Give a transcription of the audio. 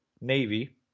Navy